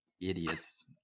idiots